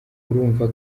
urumva